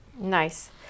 Nice